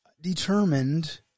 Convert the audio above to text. determined